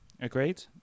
Agreed